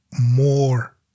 more